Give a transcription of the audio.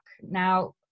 Now